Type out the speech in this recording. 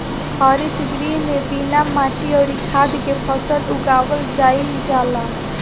हरित गृह में बिना माटी अउरी खाद के फसल उगावल जाईल जाला